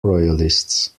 royalists